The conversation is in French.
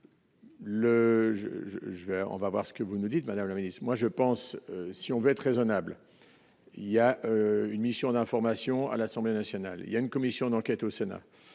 on va voir ce que vous nous dites, Madame la Ministre, moi je pense, si on veut être raisonnables, il y a une mission d'information à l'Assemblée nationale, il y a une commission d'enquête au Sénat,